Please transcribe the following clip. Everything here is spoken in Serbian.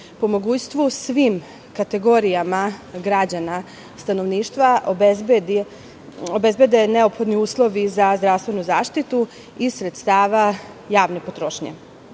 po mogućstvu svim kategorijama građana, stanovništva, obezbede neophodni uslovi za zdravstvenu zaštitu iz sredstava javne potrošnje. Moje